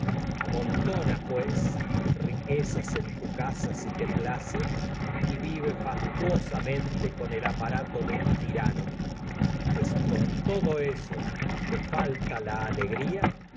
amontona riquezas el en tu casa si te place y vive con fastuosamente todo eso con aparato de un tirano que si te falta la alegría